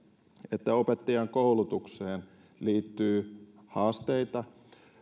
että opettajankoulutukseen liittyy haasteita